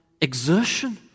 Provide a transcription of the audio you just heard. exertion